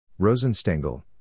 Rosenstengel